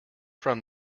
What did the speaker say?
from